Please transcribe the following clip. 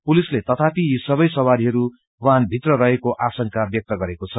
पुलिसले तथापि यी सबै सवारहरू वाहन भित्रै रहेको आशंका व्यक्त गरेको छ